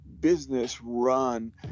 business-run